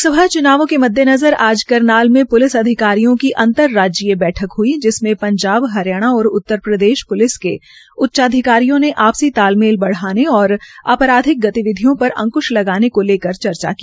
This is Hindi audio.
लोकसभा च्नावों के मद्देनज़र आज करनाल में प्लिस अधिकारियों की अंर्तराज्यीय बैठक हुई जिसमें पंजाब हरियाणा और उतरप्रदेश के प्लिस अधिकारियों ने आपसी तालमेल बढ़ाने और आपराधिक गतिविधियों पर अंक्श लगाने को लेकर चर्चा की